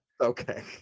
okay